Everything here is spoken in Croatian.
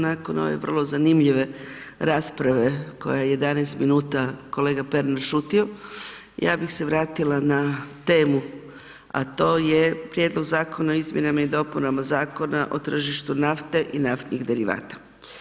Nakon ove vrlo zanimljive rasprave kojom je 11 minuta kolega Pernar šutio, ja bih se vratila na temu a to je Prijedlog zakona o izmjenama i dopunama Zakona o tržištu nafte i naftnih derivata.